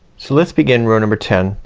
so let's begin row number ten.